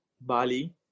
Bali